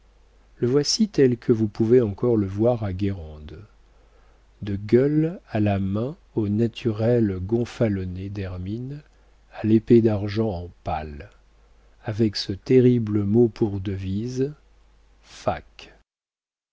le voici tel que vous pouvez encore le voir à guérande de gueules à la main au naturel gonfalonnée d'hermine à l'épée d'argent en pal avec ce terrible mot pour devise